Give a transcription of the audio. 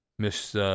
Miss